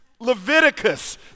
Leviticus